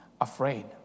afraid